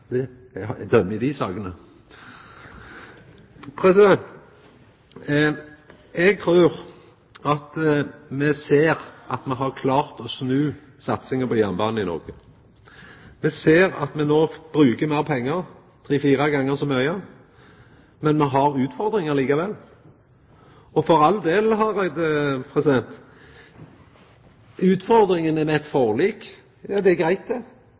er det jo klart at dei er syndarar, sjølv om eg ikkje er han som dømmer i dei sakene! Eg trur at me ser at me har klart å snu satsinga på jernbanen i Noreg. Me ser at me no bruker meir pengar – tre–fire gonger så mykje – men me har utfordringar likevel. Og for all del, Hareide, utfordringane med eit forlik er